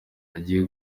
agiye